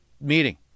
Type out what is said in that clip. meeting